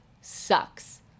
sucks